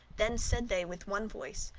then said they with one voice,